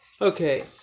Okay